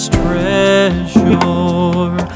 treasure